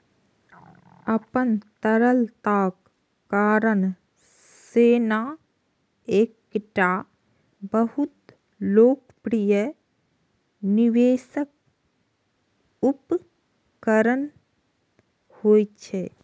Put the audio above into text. अपन तरलताक कारण सोना एकटा बहुत लोकप्रिय निवेश उपकरण होइ छै